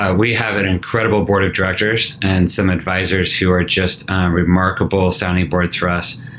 ah we have an incredible board of directors and some advisors who are just remarkable sounding boards for us.